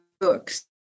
books